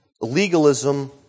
legalism